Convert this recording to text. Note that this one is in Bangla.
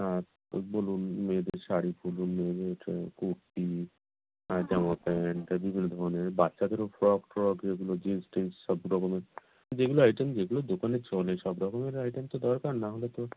হ্যাঁ ওই বলুন মেয়েদের শাড়ি মেয়েদের কুর্তি আর জামা প্যান্ট বিভিন্ন ধরনের বাচ্চাদেরও ফ্রক ট্রক এগুলো জিনস টিনস সব রকমের যেগুলো আইটেম যেগুলো দোকানে চলে সব রকমের আইটেম তো দরকার না হলে তো